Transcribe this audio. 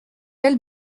elle